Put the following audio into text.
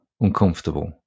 uncomfortable